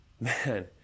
man